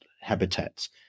habitats